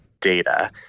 data